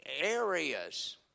areas